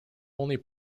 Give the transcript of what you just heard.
only